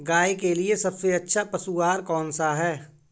गाय के लिए सबसे अच्छा पशु आहार कौन सा है?